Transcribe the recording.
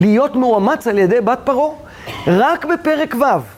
להיות מאומץ על ידי בת פרעה. רק בפרק ו'